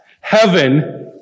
heaven